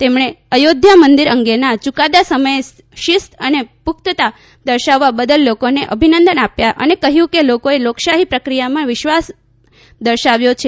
તેમણે અયોધ્યા મંદિર અંગેના યૂકાદા સમયે શીસ્ત અને પુખ્તતા દર્શાવવા બદલ લોકોને અભિનંદન આપ્યા અને કહ્યું કે લોકોએ લોકશાહી પ્રકિયામાં વિશ્વાસ દર્શાવ્યો છે